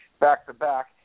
back-to-back